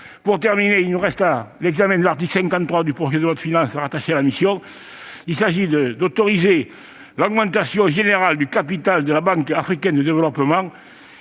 loi à venir. J'en viens à l'examen de l'article 53 du projet de loi de finances rattaché à la mission. Il s'agit d'autoriser l'augmentation générale de capital de la Banque africaine de développement,